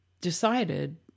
decided